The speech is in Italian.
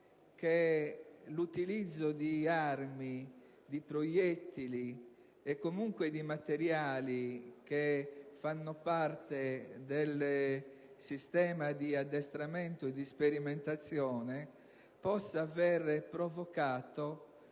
che l'utilizzo di armi, di proiettili e comunque di materiali che fanno parte del sistema di addestramento e di sperimentazione possa aver provocato